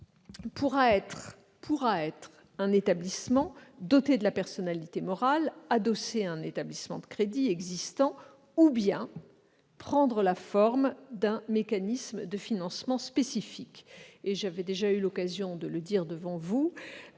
pourra être un établissement doté de la personnalité morale, adossé à un établissement de crédit existant, ou bien prendre la forme d'un mécanisme de financement spécifique. J'ai déjà eu l'occasion de le dire devant vous